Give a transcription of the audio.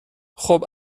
خوب